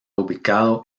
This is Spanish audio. ubicado